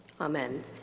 Amen